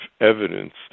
evidence